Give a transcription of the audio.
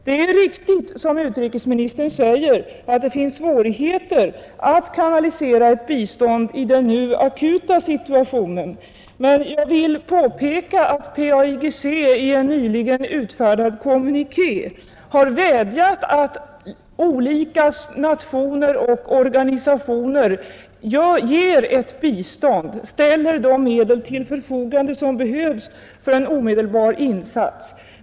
Det är riktigt som utrikesministern säger, att det finns svårigheter att kanalisera ett bistånd i den nu akuta situationen, men jag vill påpeka att PAIGC i en nyligen utfärdad kommuniké har vädjat om att olika nationer och organisationer ger ett bistånd, ställer de medel till förfogande som behövs för en omedelbar insats.